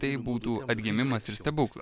tai būtų atgimimas ir stebuklas